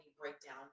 breakdown